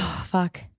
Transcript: fuck